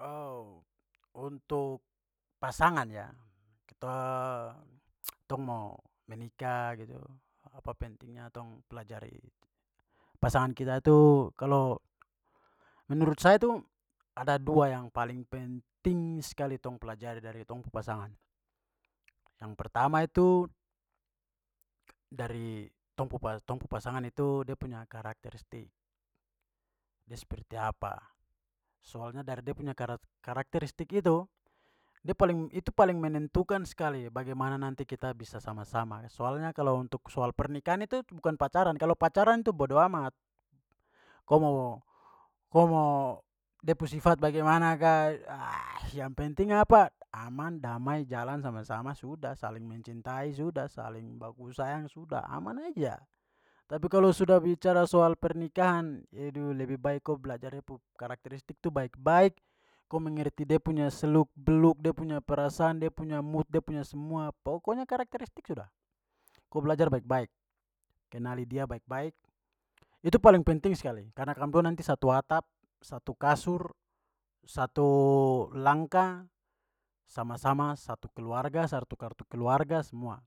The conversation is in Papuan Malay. Oh, untuk pasangan ya, tong mau menikah gitu apa pentingnya tong pelajari pasangan kita itu, kalau menurut saya itu ada dua yang paling penting sekali tong pelajari dari tong pu pasangan. Yang pertama itu dari tong pu pas- tong pu pasangan itu dia punya karakteristik, dia seperti apa. Soalnya dari dia punya karak-karakteristik itu, de paling- itu paling menentukan sekali bagaimana nanti kita bisa sama-sama. Soalnya kalau untuk soal pernikahan itu bukan pacaran. Kalau pacaran itu bodo amat. Ko mo- ko mo de pu sifat bagaimana ka, ah, yang penting apa? Aman, damai, jalan sama-sama, sudah, saling mencintai, sudah, saling baku sayang, sudah. Aman aja. Tapi kalau sudah bicara soal pernikahan, lebih baik ko belajar dia pu karakteristik tu baik-baik, ko mengerti de punya seluk beluk, de punya perasaan, de punya mood, de punya semua, pokoknya karakteristik sudah. Kok belajar baik-baik. Kenali dia baik-baik. Itu paling penting sekali, karena kamdua nanti satu atap, satu kasur, satu langkah sama-sama, satu keluarga, satu kartu keluarga, semua.